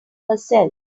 herself